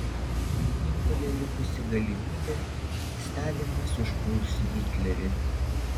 vienintelė likusi galimybė stalinas užpuls hitlerį